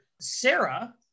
Sarah